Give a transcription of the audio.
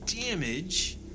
damage